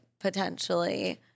potentially